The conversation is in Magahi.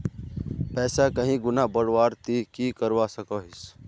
पैसा कहीं गुणा बढ़वार ती की करवा सकोहिस?